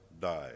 died